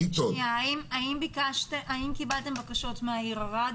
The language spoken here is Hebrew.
האם קיבלתם בקשות מהעיר ערד?